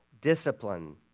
discipline